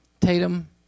Tatum